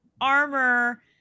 armor